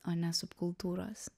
o ne subkultūros